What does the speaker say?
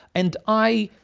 and i